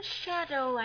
shadow